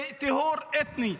זה טיהור אתני.